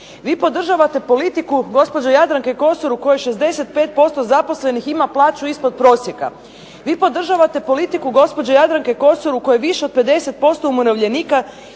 Vi podržavate politiku gospođe Jadranke Kosor u kojoj 65% zaposlenih ima plaću ispod prosjeka. Vi podržavate politiku gospođe Jadranke Kosor u kojoj više od 50% umirovljenika